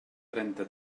trenta